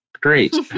Great